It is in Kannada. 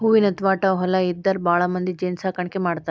ಹೂವಿನ ತ್ವಾಟಾ ಹೊಲಾ ಇದ್ದಾರ ಭಾಳಮಂದಿ ಜೇನ ಸಾಕಾಣಿಕೆ ಮಾಡ್ತಾರ